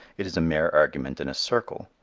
it is a mere argument in a circle.